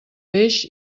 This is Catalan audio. peix